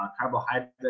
carbohydrates